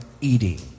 eating